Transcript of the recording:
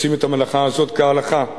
עושים את המלאכה הזאת כהלכה.